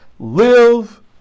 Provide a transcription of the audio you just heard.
Live